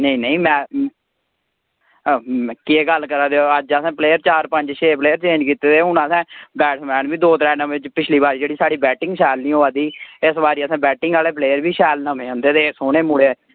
नेईं नेईं मैच केह् गल्ल करा दे ओ अज्ज असें प्लेयर चार पंच छे प्लेयर चेंज कीते दे हून असें बैटसमैन बी दो त्रै नमें च पिछली बारी जेहड़ी साढ़ी बैटिंग शैल नेईं होआ दी ही इस बारी असें बैटिंग आहले प्लेयर बी शैल नमें आंदे दे सोहने मुडे़